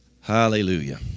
Hallelujah